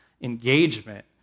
engagement